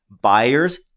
buyers